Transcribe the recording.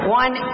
one